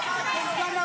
זאת גנבה, אתם גנבים.